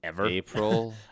April